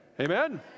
amen